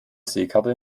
seekarte